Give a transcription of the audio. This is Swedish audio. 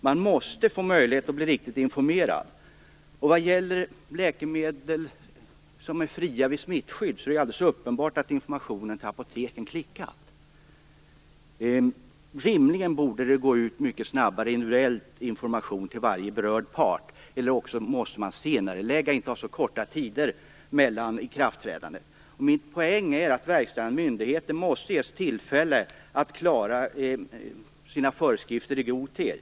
Man måste få möjlighet att bli riktigt informerad. Det är alldeles uppenbart att informationen till apoteken klickat om läkemedel som är fria vid smittskydd. Rimligen borde individuell information till varje berörd part gå ut mycket snabbare eller också måste det hela senareläggas så att tiden mellan beslut och ikraftträdande inte blir så kort. Min poäng är att verkställande myndigheter måste ges tillfälle att klara sina uppgifter i god tid.